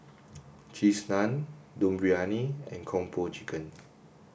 cheese naan Dum Briyani and Kung Po Chicken